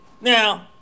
Now